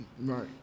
Right